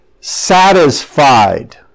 satisfied